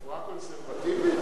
רפואה קונסרבטיבית?